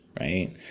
right